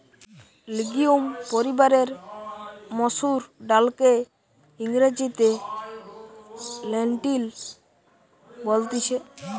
legume পরিবারের মসুর ডালকে ইংরেজিতে লেন্টিল বলতিছে